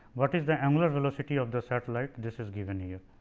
what is the angular velocity of the satellite this is given here.